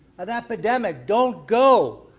an epidemic, don't go.